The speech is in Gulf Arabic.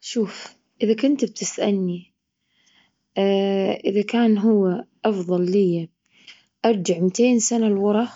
شوف إذا كنت بتسألني إذا كان هو أفضل لي أرجع ميتين سنة لورا